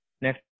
Next